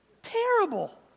Terrible